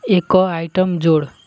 ଏକ ଆଇଟମ୍ ଯୋଡ଼